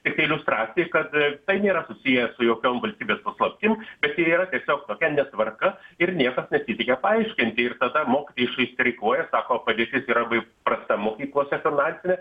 tiktai iliustracija kad tai nėra susiję su jokiom valstybės paslaptim bet ir yra tiesiog tokia netvarka ir niekas nesiteikia paaiškinti ir tada mokytojai streikuoja sako padėtis yra prasta mokyklose finansinė